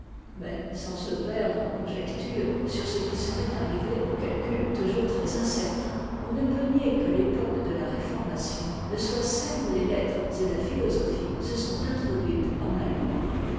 mais sans se perdre en conjectures sur ce qui serait arrivé calcul toujours très incertain on ne peut nier que l'époque de la réformation ne soit celle où les lettres et la philosophie se sont introduites en allemagne